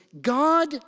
God